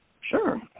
Sure